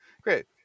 Great